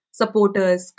supporters